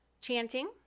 chanting